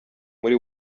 muri